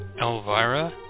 Elvira